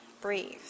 Breathe